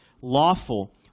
lawful